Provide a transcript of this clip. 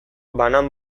banan